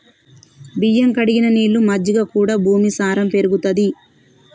బియ్యం కడిగిన నీళ్లు, మజ్జిగ కూడా భూమి సారం పెరుగుతది